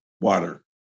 water